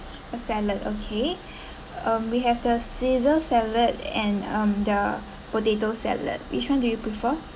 a salad okay um we have the caesar salad and um the potato salad which one do you prefer